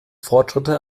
fortschritte